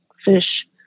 fish